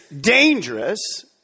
dangerous